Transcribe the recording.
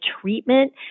treatment